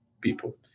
people